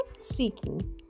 seeking